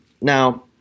Now